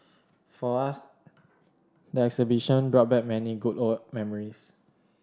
for us the exhibition brought back many good old memories